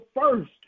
first